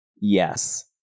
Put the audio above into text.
Yes